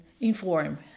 inform